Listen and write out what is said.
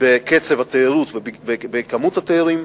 בקצב התיירות ובכמות התיירות,